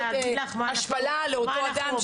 פחות השפלה לאותו אדם.